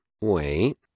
wait